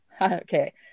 Okay